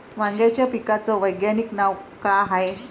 वांग्याच्या पिकाचं वैज्ञानिक नाव का हाये?